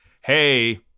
hey